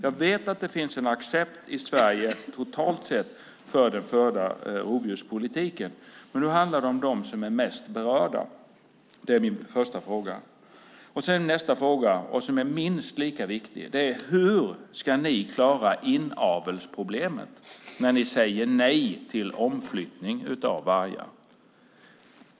Jag vet att det finns en accept i Sverige totalt sett för den förda rovdjurspolitiken, men nu handlar det om dem som är mest berörda. Det var min första fråga. Nästa fråga som är minst lika viktig är: Hur ska ni klara inavelsproblemet när ni säger nej till omflyttning av vargar?